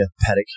paddock